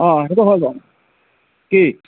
অঁ সেইটো হয় বাৰু কি